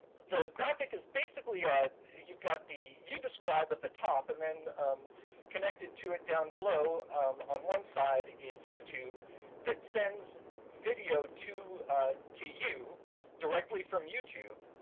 the graphic is basically you got the youdescribe at the top and then connected to it down below on one side is youtube that sends video to to you directly from youtube.